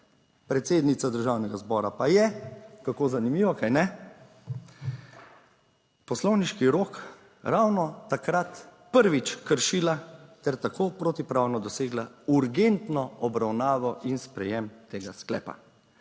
Predsednica državnega zbora pa je - Kako zanimivo, kajne? - poslovniški rok ravno takrat prvič kršila ter tako protipravno dosegla urgentno obravnavo in sprejem tega sklepa.